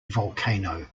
volcano